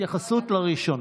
התייחסות לראשונה.